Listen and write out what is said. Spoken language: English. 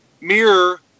mirror